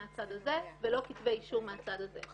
לא מהצד הזה ולא כתבי אישום מהצד הזה.